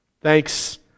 Thanks